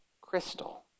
crystal